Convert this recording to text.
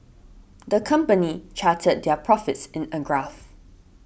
the company charted their profits in a graph